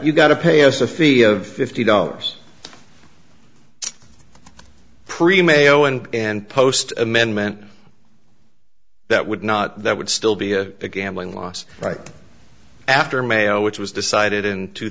you've got to pay us a fee of fifty dollars pre mayo and and post amendment that would not that would still be a gambling loss right after mayo which was decided in two